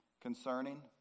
concerning